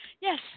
Yes